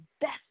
best